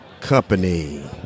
Company